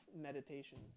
meditation